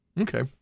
Okay